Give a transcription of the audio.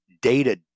data